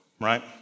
right